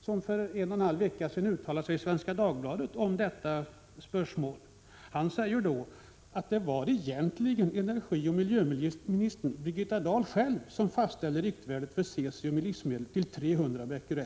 som för en och en halv vecka sedan uttalade sig i Svenska Dagbladet om detta spörsmål. Han sade då att det egentligen var energioch miljöministern Birgitta Dahl själv som fastställde riktvärdet för cesium i livsmedel till 300 Bq.